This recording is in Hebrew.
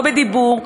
לא בדיבור,